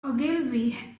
ogilvy